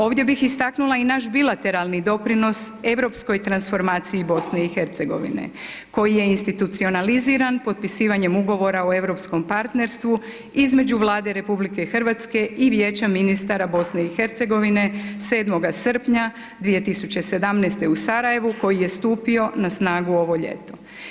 Ovdje bi istaknula i naš bilateralni doprinos europskoj transformaciji BiH-a, koji je institucionaliziran potpisivanjem ugovora o europskom partnerstvu između Vlade RH i Vijeća ministara BiH-a 7. srpnja 2017. u Sarajevu koji je stupio na snagu ovo ljeto.